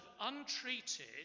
untreated